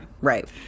Right